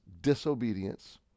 disobedience